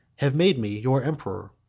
have made me your emperor.